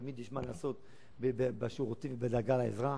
תמיד יש מה לעשות בדאגה לאזרח.